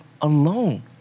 alone